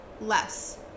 less